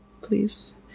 please